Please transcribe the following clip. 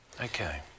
Okay